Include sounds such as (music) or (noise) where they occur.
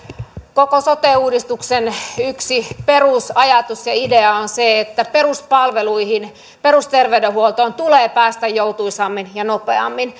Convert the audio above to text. koko sote uudistuksen yksi perusajatus ja idea on se että peruspalveluihin perusterveydenhuoltoon tulee päästä joutuisammin ja nopeammin (unintelligible)